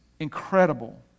Incredible